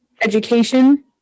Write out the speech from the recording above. education